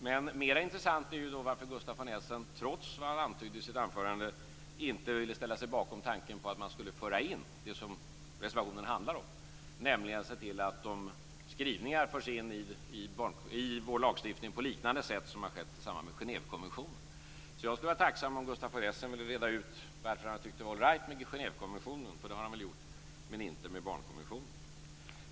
Men mera intressant är ju varför Gustaf von Essen, trots vad han antydde i sitt anförande, inte ville ställa sig bakom tanken på att man skulle föra in det som reservationen handlar om, nämligen att man skall se till att skrivningarna förs in i vår lagstiftning på ett liknande sätt som har skett i samband med Genèvekonventionen. Jag skulle vara tacksam om Gustaf von Essen ville reda ut varför han tycker att det är all right i Genèvekonventionen - för det har han väl gjort - men inte i barnkonventionen.